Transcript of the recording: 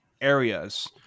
areas